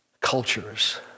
cultures